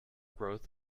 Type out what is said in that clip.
growth